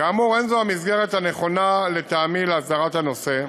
כאמור, אין זו המסגרת הנכונה לטעמי להסדרת הנושא.